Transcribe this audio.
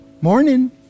Morning